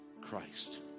Christ